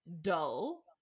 dull